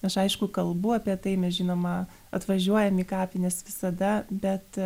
aš aišku kalbu apie tai mes žinoma atvažiuojam į kapines visada bet